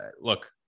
look